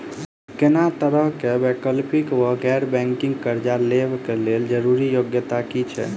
कोनो तरह कऽ वैकल्पिक वा गैर बैंकिंग कर्जा लेबऽ कऽ लेल जरूरी योग्यता की छई?